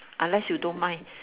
unless you don't mind